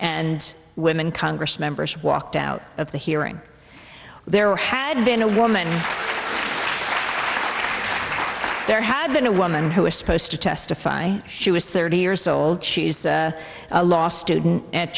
and women congress members walked out of the hearing there had been a woman there had been a woman who was supposed to testify she was thirty years old she's a law student at